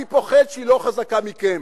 אני פוחד שהיא לא חזקה מכם,